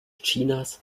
chinas